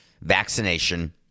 vaccination